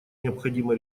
необходимо